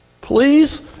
Please